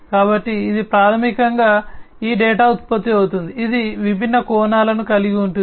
కాబట్టి ఇది ప్రాథమికంగా ఈ డేటా ఉత్పత్తి అవుతుంది ఇది విభిన్న కోణాలను కలిగి ఉంటుంది